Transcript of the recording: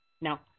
now